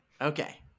okay